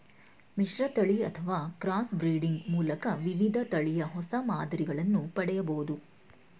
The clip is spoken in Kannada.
ಮಿಶ್ರತಳಿ ಅಥವಾ ಕ್ರಾಸ್ ಬ್ರೀಡಿಂಗ್ ಮೂಲಕ ವಿವಿಧ ತಳಿಯ ಹೊಸ ಮಾದರಿಗಳನ್ನು ಪಡೆಯಬೋದು